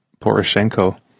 Poroshenko